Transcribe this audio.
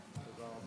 גברתי השרה,